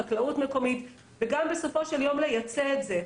חקלאות מקומית וגם בסופו של יום לייצא את זה.